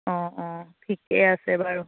অঁ অঁ ঠিকে আছে বাৰু